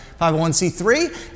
501c3